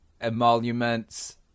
emoluments